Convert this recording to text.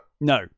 no